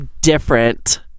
different